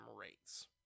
rates